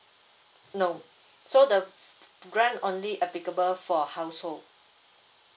no so the grant only applicable for household